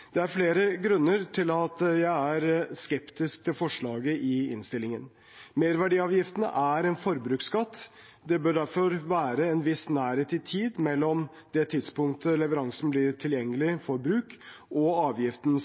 Det er flere grunner til at jeg er skeptisk til forslaget i innstillingen. Merverdiavgiften er en forbruksskatt. Det bør derfor være en viss nærhet i tid mellom det tidspunktet leveransen blir tilgjengelig for bruk, og